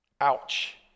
Ouch